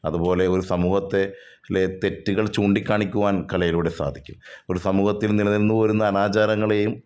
അതുപോലെ ഒരു സമൂഹത്തെ ലെ തെറ്റുകൾ ചൂണ്ടിക്കാണിക്കുവാൻ കലയിലൂടെ സാധിക്കും ഒരു സമൂഹത്തിൽ നിലനിന്ന് പോരുന്ന അനാചാരങ്ങളെയും